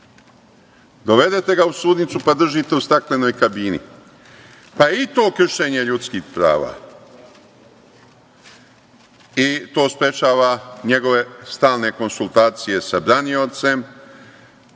Dovedete ga u sudnicu, pa držite u staklenoj kabini, pa i to je kršenje ljudskih prava i to sprečava njegove stalne konsultacije sa braniocem,